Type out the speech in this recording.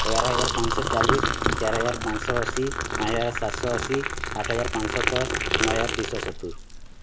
ଏଗାର ହଜାର ପାଞ୍ଚଶହ ଚାଲିଶି ଚାରି ହଜାର ପାଞ୍ଚ ଶହ ଅଶୀ ପାଞ୍ଚ ହଜାର ସାତଶହ ଅଶୀ ଆଠ ହଜାର ପାଞ୍ଚ ଶହ ଦଶ ନଅ ହଜାର ଦୁଇଶ ସତୁରି